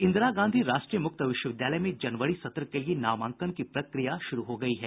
इंदिरा गांधी राष्ट्रीय मुक्त विश्वविद्यालय में जनवरी सत्र के लिए नामांकन की प्रक्रिया शुरू हो गयी है